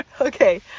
okay